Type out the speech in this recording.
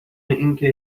اینکه